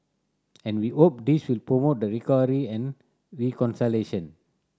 and we hope this will promote the recovery and reconciliation